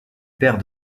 père